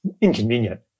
inconvenient